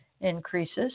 increases